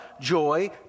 joy